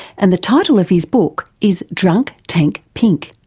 and the title of his book is drunk tank pink.